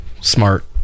smart